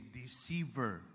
deceiver